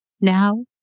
now